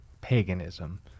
paganism